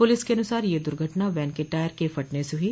police के अनुसार यह दुर्घटना वैन के टॉयर के फटने से हुई